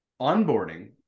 onboarding